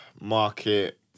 market